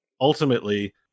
ultimately